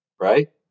Right